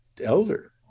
elder